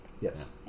Yes